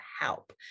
help